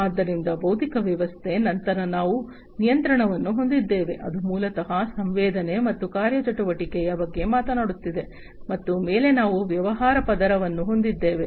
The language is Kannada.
ಆದ್ದರಿಂದ ಭೌತಿಕ ವ್ಯವಸ್ಥೆ ನಂತರ ನಾವು ನಿಯಂತ್ರಣವನ್ನು ಹೊಂದಿದ್ದೇವೆ ಅದು ಮೂಲತಃ ಸಂವೇದನೆ ಮತ್ತು ಕಾರ್ಯಚಟುವಟಿಕೆಯ ಬಗ್ಗೆ ಮಾತನಾಡುತ್ತಿದೆ ಮತ್ತು ಮೇಲೆ ನಾವು ವ್ಯವಹಾರ ಪದರವನ್ನು ಹೊಂದಿದ್ದೇವೆ